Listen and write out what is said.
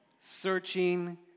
searching